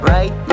Right